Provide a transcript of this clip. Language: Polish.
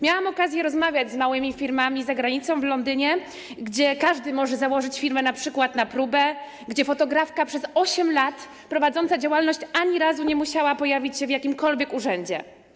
Miałam okazję rozmawiać z przedstawicielami małych firm za granicą, w Londynie, gdzie każdy może założyć firmę np. na próbę, gdzie fotografka przez 8 lat prowadząca działalność ani razu nie musiała pojawić się w jakimkolwiek urzędzie.